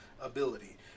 ability